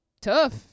tough